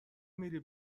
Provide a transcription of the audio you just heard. میری